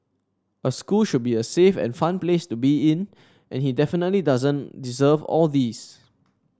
a school should be a safe and fun place to be in and he definitely doesn't deserve all these